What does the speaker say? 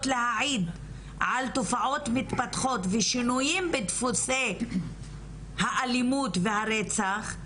להעיד על תופעות מתפתחות ושינויים בדפוסי האלימות והרצח,